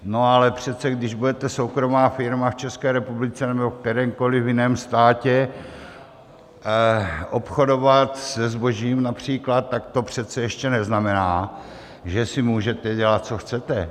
No ale přece když budete soukromá firma v České republice nebo v kterémkoliv jiném státě obchodovat se zbožím například, tak to přece ještě neznamená, že si můžete dělat, co chcete.